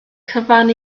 cyfan